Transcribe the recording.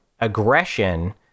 aggression